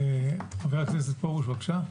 חבר הכנסת פרוש, בבקשה.